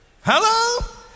Hello